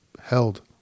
held